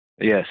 Yes